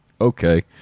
okay